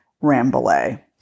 Rambouillet